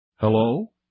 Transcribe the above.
Hello